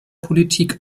politik